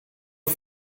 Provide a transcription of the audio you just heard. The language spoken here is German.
gut